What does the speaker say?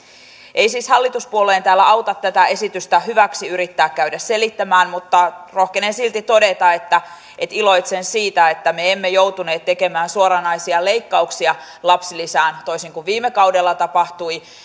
ei siis hallituspuolueen täällä auta tätä esitystä hyväksi yrittää käydä selittämään mutta rohkenen silti todeta että että iloitsen siitä että me emme joutuneet tekemään suoranaisia leikkauksia lapsilisään toisin kuin viime kaudella tapahtui